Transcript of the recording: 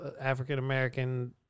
African-American